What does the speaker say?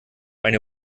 eine